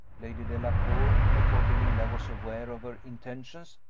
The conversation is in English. lady delacour, before belinda was aware of her intentions,